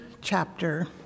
chapter